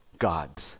God's